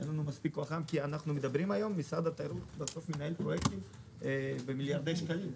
אין לנו מספיק כוח אדם כי משרד התיירות מנהל פרויקטים במיליארדי שקלים,